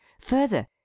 Further